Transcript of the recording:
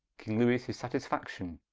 king lewes his satisfaction,